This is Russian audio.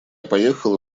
поехала